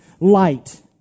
light